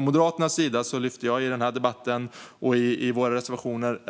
Moderaterna och jag lyfter i den här debatten och i våra reservationer